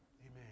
Amen